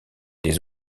des